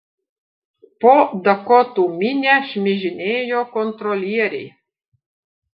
po dakotų minią šmižinėjo kontrolieriai